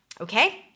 Okay